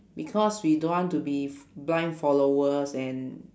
because we don't want to be f~ blind followers and